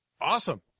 Awesome